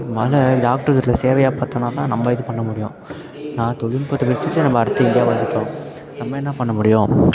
முதல்ல டாக்ட்ரு இதை ஒரு சேவையாக பார்த்தனால தான் நம்ம இது பண்ண முடியும் நான் தொழில்நுட்பத்த வச்சுட்டு நம்ம அடுத்து இங்கே வந்துவிட்டோம் நம்ம என்ன பண்ண முடியும்